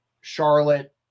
Charlotte